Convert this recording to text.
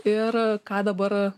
ir ką dabar